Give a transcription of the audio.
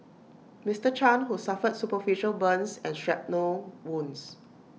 Mister chan who suffered superficial burns and shrapnel wounds